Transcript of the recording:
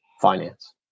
finance